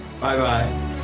bye-bye